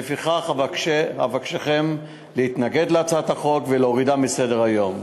לפיכך אבקשכם להתנגד להצעת החוק ולהורידה מסדר-היום.